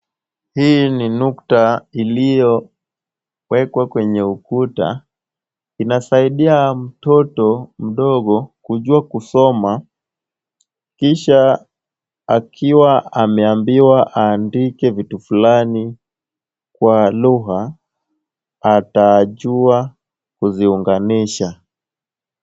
Hili ni nukta iliyowekwa kwenye ukuta. Inasaidia mtoto mdogo kujua kusoma. Kisha akiwa ameambiwa aandike vitu fulani kwa lugha, atajua kuziunganisha.